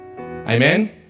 Amen